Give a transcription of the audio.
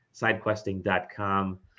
sidequesting.com